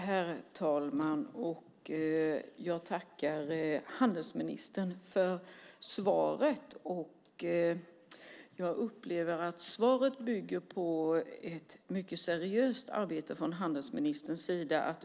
Herr talman! Jag tackar handelsministern för svaret. Jag upplever att svaret bygger på ett mycket seriöst arbete från handelsministerns sida.